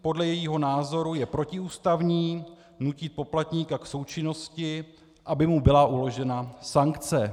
Podle jejího názoru je protiústavní, nutí poplatníka k součinnosti, aby mu byla uložena sankce.